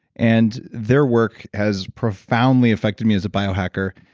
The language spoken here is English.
and their work has profoundly affected me as a biohacker.